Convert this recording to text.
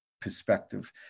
perspective